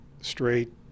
straight